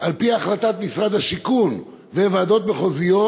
על-פי החלטת משרד השיכון וועדות מחוזיות,